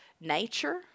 nature